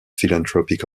philanthropic